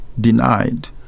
denied